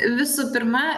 visų pirma